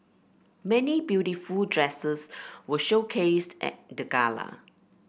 many beautiful dresses were showcased at the gala